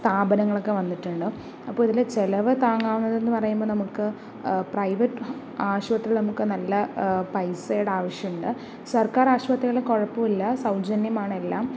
സ്ഥാപനങ്ങളൊക്കെ വന്നിട്ടുണ്ട് അപ്പോൾ ഇതിൽ ചിലവ് താങ്ങാവുന്നത് എന്ന് പറയുമ്പോൾ നമുക്ക് പ്രൈവറ്റ് ആശുപത്രികൾ നമുക്ക് നല്ല പൈസയുടെ ആവശ്യമുണ്ട് സർക്കാർ ആശുപത്രികളിൽ കുഴപ്പമില്ല സൗജന്യമാണ് എല്ലാം